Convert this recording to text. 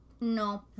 No